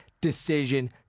decision